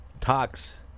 talks